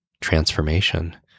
transformation